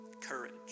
courage